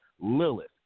Lilith